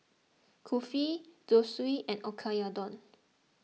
Kulfi Zosui and Oyakodon